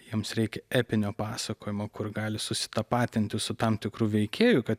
jiems reikia epinio pasakojimo kur gali susitapatinti su tam tikru veikėju kad